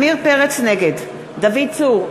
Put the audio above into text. נגד דוד צור,